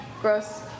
gross